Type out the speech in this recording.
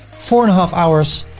four and a half hours,